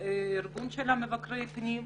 ארגון המבקרים הפנימיים.